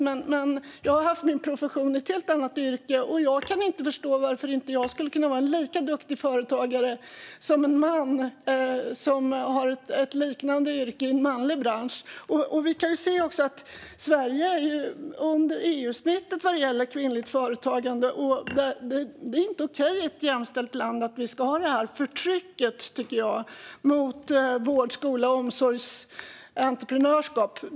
Men jag har haft min profession i ett helt annat yrke, och jag kan inte förstå varför jag inte skulle kunna vara en lika duktig företagare som en man som jobbar inom en manlig bransch. Sverige ligger under EU-snittet vad gäller kvinnligt företagande. Det är inte okej i ett jämställt land att vi ska ha detta förtryck mot entreprenörskap inom vård, skola och omsorg.